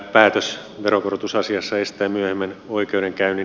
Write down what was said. päätös veronkorotusasiassa estää myöhemmän oikeudenkäynnin